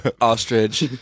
Ostrich